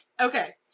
Okay